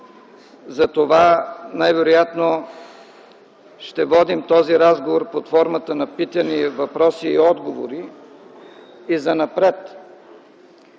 Затова най-вероятно ще водим този разговор под формата на питания, въпроси и отговори и занапред.